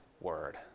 word